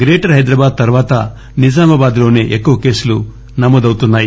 greater Hyderabad తర్వాత నిజామాబాద్ లోనే ఎక్కువ కేసులు నమోదౌతున్నాయి